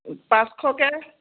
পাঁচশকৈ